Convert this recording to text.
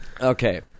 Okay